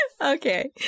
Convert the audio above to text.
Okay